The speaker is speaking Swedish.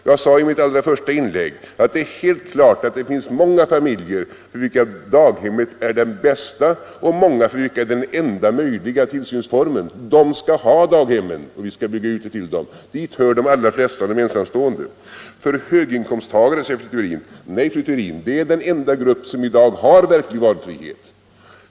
Jag sade i mitt allra första inlägg att det är alldeles klart att det finns många familjer för vilka daghemmet är den bästa och många för vilka det även är den enda möjliga tillsynsformen. De skall ha daghemmen, och vi skall bygga sådana för dem. Dit hör de allra flesta av de ensamstående. Det är fråga om en valfrihet för höginkomsttagare, säger fru Theorin. Nej, fru Theorin, det är den enda grupp som i dag har verklig valfrihet.